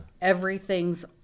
everything's